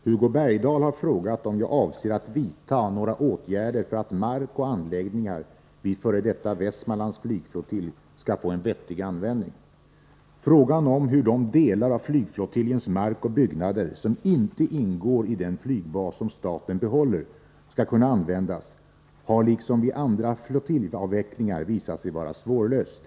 Herr talman! Hugo Bergdahl har frågat mig om jag avser att vidta några åtgärder för att mark och anläggningar vid f. d. Västmanlands flygflottilj skall få en vettig användning. Frågan om hur de delar av flygflottiljens mark och byggnader som inte Nr 156 ingår i den flygbas som staten behåller skall kunna användas har liksom vid Måndagen den andra flottiljavvecklingar visat sig vara svårlöst.